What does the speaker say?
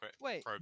Wait